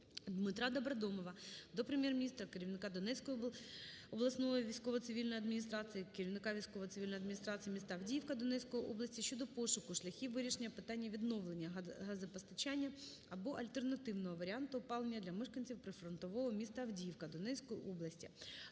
Дмитра Добродомова до Прем'єр-міністра, керівника Донецької обласної військово-цивільної адміністрації, керівника військово-цивільної адміністрації міста Авдіївка Донецької області щодо пошуку шляхів вирішення питання відновлення газопостачання або альтернативного варіанту опалення для мешканців прифронтового міста Авдіївка Донецької області.